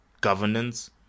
governance